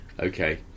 okay